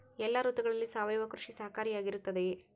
ಎಲ್ಲ ಋತುಗಳಲ್ಲಿ ಸಾವಯವ ಕೃಷಿ ಸಹಕಾರಿಯಾಗಿರುತ್ತದೆಯೇ?